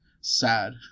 sad